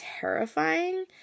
terrifying